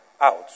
out